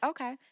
Okay